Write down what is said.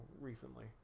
recently